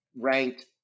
ranked